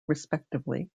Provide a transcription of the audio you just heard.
respectively